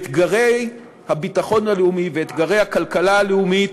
את אתגרי הביטחון הלאומי ואתגרי הכלכלה הלאומית,